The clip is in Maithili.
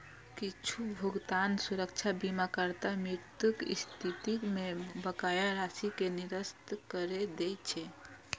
किछु भुगतान सुरक्षा बीमाकर्ताक मृत्युक स्थिति मे बकाया राशि कें निरस्त करै दै छै